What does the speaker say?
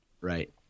right